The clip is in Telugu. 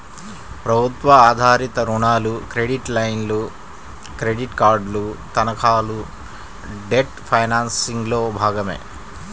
ప్రభుత్వ ఆధారిత రుణాలు, క్రెడిట్ లైన్లు, క్రెడిట్ కార్డులు, తనఖాలు డెట్ ఫైనాన్సింగ్లో భాగమే